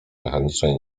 mechanicznej